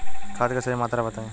खाद के सही मात्रा बताई?